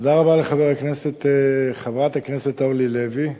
תודה רבה לחברת הכנסת אורלי לוי אבקסיס.